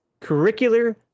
curricular